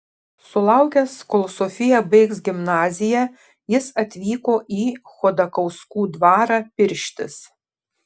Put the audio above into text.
sulaukęs kol sofija baigs gimnaziją jis atvyko į chodakauskų dvarą pirštis